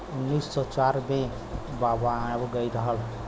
उन्नीस सौ चार मे बनावल गइल रहल